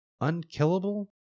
unkillable